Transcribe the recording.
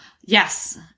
Yes